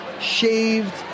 shaved